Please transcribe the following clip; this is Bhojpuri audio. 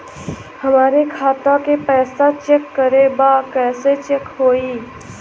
हमरे खाता के पैसा चेक करें बा कैसे चेक होई?